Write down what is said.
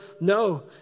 No